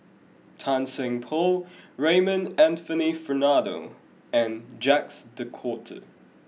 Tan Seng Poh Raymond Anthony Fernando and Jacques de Coutre